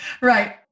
right